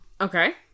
Okay